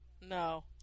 No